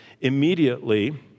Immediately